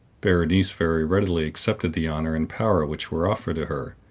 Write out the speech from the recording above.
berenice very readily accepted the honor and power which were offered to her.